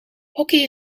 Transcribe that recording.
hockey